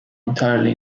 entirely